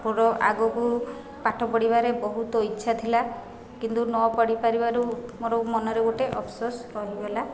ମୋର ଆଗକୁ ପାଠ ପଢ଼ିବାରେ ବହୁତ ଇଚ୍ଛା ଥିଲା କିନ୍ତୁ ନ ପଢ଼ିପାରିବାରୁ ମୋର ମନରେ ଗୋଟିଏ ଅଫସୋସ ରହିଗଲା